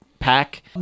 pack